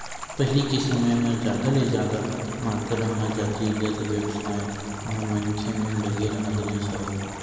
पहिली के समे म जादा ले जादा मातरा म जातिगत बेवसाय म मनखे मन लगे राहत रिहिस हवय